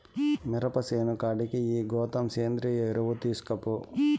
మిరప సేను కాడికి ఈ గోతం సేంద్రియ ఎరువు తీస్కపో